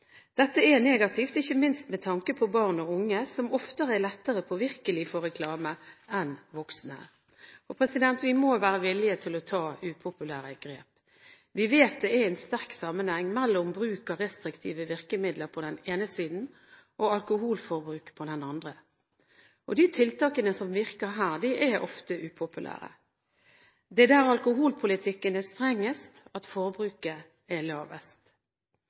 Dette er negativt, ikke minst med tanke på barn og unge, som ofte er lettere påvirkelige for reklame enn voksne. Vi må være villige til å ta upopulære grep. Vi vet det er en sterk sammenheng mellom bruk av restriktive virkemidler på den ene siden og alkoholforbruk på den andre. De tiltakene som virker her, er ofte upopulære. Det er der alkoholpolitikken er strengest at forbruket er lavest.